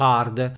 Hard